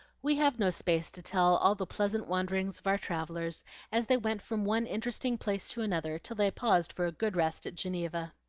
we have no space to tell all the pleasant wanderings of our travellers as they went from one interesting place to another, till they paused for a good rest at geneva.